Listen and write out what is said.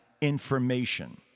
information